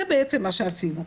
זה בעצם מה שעשינו.